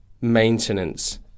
maintenance